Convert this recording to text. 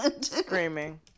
Screaming